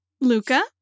Luca